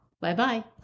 Bye-bye